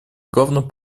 главным